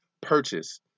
purchase